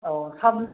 औ